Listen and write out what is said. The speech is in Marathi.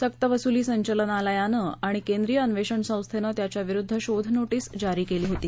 सक्तवसुली संचलनालयानं आणि केंद्रीय अन्वेषण संस्थेनं त्याच्याविरुद्ध शोध नोटीस जारी केली होती